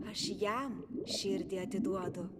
aš jam širdį atiduodu